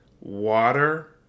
water